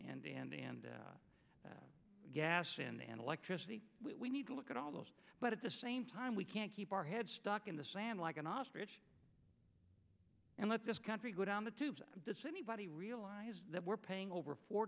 and and and gas and electricity we need to look at all those but at the same time we can't keep our head stuck in the sand like an ostrich and let this country go down the tubes does anybody realize that we're paying over four